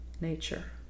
nature